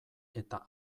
eta